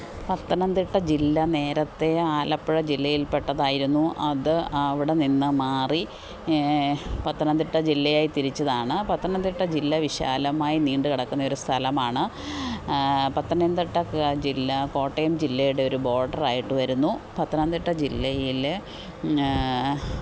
പത്തനംതിട്ട ജില്ല നേരത്തെ ആലപ്പുഴ ജില്ലയില്പ്പെട്ടതായിരുന്നു അത് അവിടെ നിന്ന് മാറി പത്തനംതിട്ട ജില്ലയായി തിരിച്ചതാണ് പത്തനംതിട്ട ജില്ല വിശാലമായി നീണ്ടു കിടക്കുന്ന ഒരു സ്ഥലമാണ് പത്തനംതിട്ട ജില്ല കോട്ടയം ജില്ലയുടെ ഒരു ബോഡറായിട്ട് വരുന്നു പത്തനംതിട്ട ജില്ലയിൽ